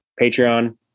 Patreon